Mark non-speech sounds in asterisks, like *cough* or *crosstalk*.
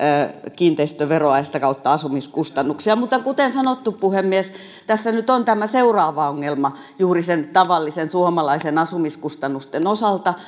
kiinteistöveroa ja sitä kautta asumiskustannuksia mutta kuten sanottu puhemies tässä nyt on tämä seuraava ongelma juuri sen tavallisen suomalaisen asumiskustannusten osalta *unintelligible*